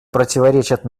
противоречат